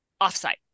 offsite